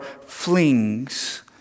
flings